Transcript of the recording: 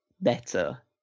better